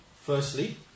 firstly